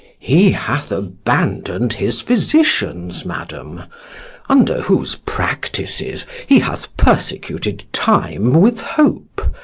he hath abandon'd his physicians, madam under whose practices he hath persecuted time with hope,